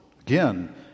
Again